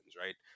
right